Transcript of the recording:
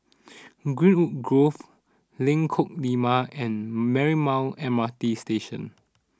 Greenwood Grove Lengkok Lima and Marymount M R T Station